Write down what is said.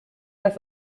das